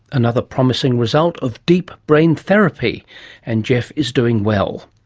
another promising result of deep brain therapy and geoff is doing well,